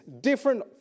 different